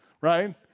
right